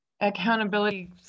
accountability